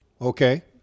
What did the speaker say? Okay